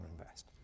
invest